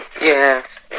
Yes